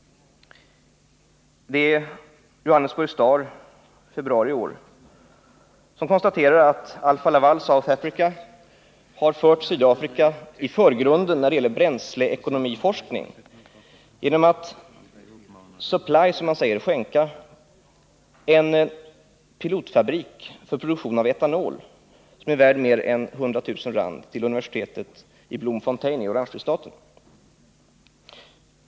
I Johannesburg Star i februari i år konstateras att Alfa-Laval South Africa har fört fram Sydafrika i förgrunden när det gäller bränsleekonomiforskning genom att skänka — ”supply” — en pilotfabrik för produktion av etanol som är värd mer än 100 000 rand till universitetet i Bloemfontein i Oranjefristaten.